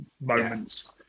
moments